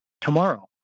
tomorrow